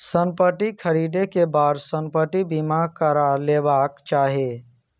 संपत्ति ख़रीदै के बाद संपत्ति बीमा करा लेबाक चाही